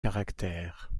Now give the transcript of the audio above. caractère